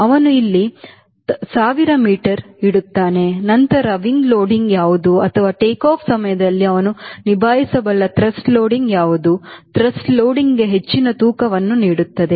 ಅವನು ಇಲ್ಲಿ 1000 ಮೀಟರ್ ಇಡುತ್ತಾನೆ ನಂತರ ರೆಕ್ಕೆ ಲೋಡಿಂಗ್ ಯಾವುದು ಅಥವಾ ಟೇಕ್ ಆಫ್ ಸಮಯದಲ್ಲಿ ಅವನು ನಿಭಾಯಿಸಬಲ್ಲ ಥ್ರಸ್ಟ್ ಲೋಡಿಂಗ್ ಯಾವುದು ಥ್ರಸ್ಟ್ ಲೋಡಿಂಗ್ಗೆ ಹೆಚ್ಚಿನ ತೂಕವನ್ನು ನೀಡುತ್ತದೆ